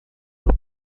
the